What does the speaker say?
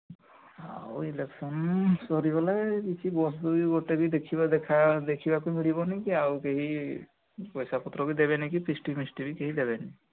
ଆଉ ଇଲେକ୍ସନ୍ ସରିଗଲେ କିଛି ବସ୍ ବି ଗୋଟିଏ ବି ଦେଖିବ ଦେଖା ଦେଖିବାକୁ ମିଳିବନି କି ଆଉ କେହି ପଇସା ପତ୍ର ବି ଦେବେନି ଫିଷ୍ଟି ମିଷ୍ଟି ବି କେହି ଦେବେନି